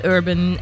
Urban